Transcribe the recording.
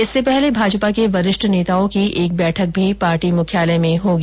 इससे पहले भाजपा के वरिष्ठ नेताओं की एक बैठक भी पार्टी मुख्यालय में होगी